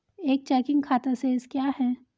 एक चेकिंग खाता शेष क्या है?